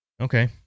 Okay